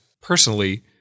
personally